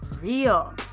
real